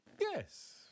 Yes